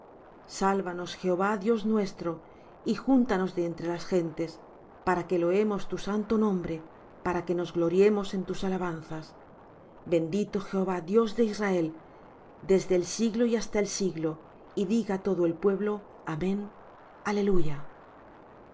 sálvanos jehová dios nuestro y júntanos de entre las gentes para que loemos tu santo nombre para que nos gloriemos en tus alabanzas bendito jehová dios de israel desde el siglo y hasta el siglo y diga todo el pueblo amén aleluya